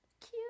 cute